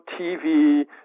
TV